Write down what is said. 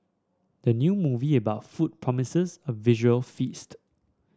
the new movie about food promises a visual feast